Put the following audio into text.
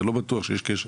אני לא בטוח שיש כשל.